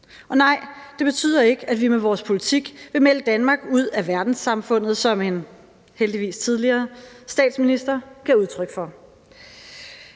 Og nej, det betyder ikke, at vi med vores politik vil melde Danmark ud af verdenssamfundet som en heldigvis tidligere statsminister gav udtryk for.